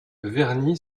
verny